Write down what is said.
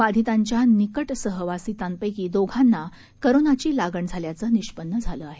बाधितांच्यानिकटसहवासितांपैकीदोघांनाकोरोनाचीलागणझाल्याचंनिष्पन्नझालंआहे